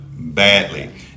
badly